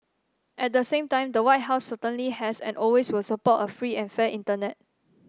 at the same time the White House certainly has and always will support a free and fair internet